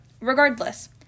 regardless